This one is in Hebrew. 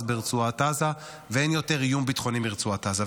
ברצועת עזה ואין יותר איום ביטחוני מרצועת עזה.